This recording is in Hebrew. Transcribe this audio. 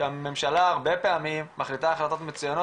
שהממשלה הרבה פעמים מחליטה החלטות מצוינות